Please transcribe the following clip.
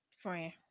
Friend